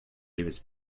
devezh